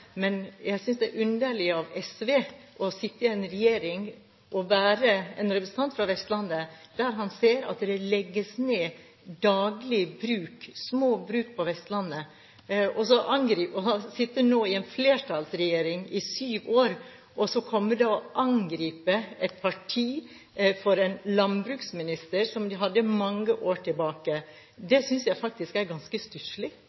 men jeg synes det er underlig at en representant fra Vestlandet, der han ser at små bruk daglig legges ned, og fra SV – som har sittet i en flertallregjering i syv år – angriper et parti for en landbruksminister som vi hadde for mange år